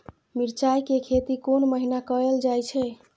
मिरचाय के खेती कोन महीना कायल जाय छै?